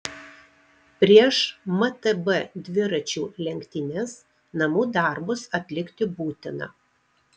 prieš mtb dviračių lenktynes namų darbus atlikti būtina